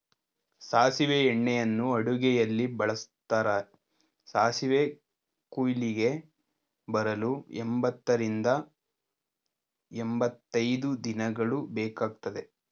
ಸಾಸಿವೆ ಎಣ್ಣೆಯನ್ನು ಅಡುಗೆಯಲ್ಲಿ ಬಳ್ಸತ್ತರೆ, ಸಾಸಿವೆ ಕುಯ್ಲಿಗೆ ಬರಲು ಎಂಬತ್ತರಿಂದ ಎಂಬತೈದು ದಿನಗಳು ಬೇಕಗ್ತದೆ